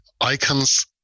icons